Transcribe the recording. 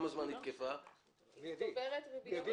היא צוברת ריביות.